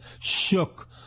shook